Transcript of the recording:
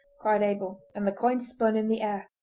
cried abel, and the coin spun in the air.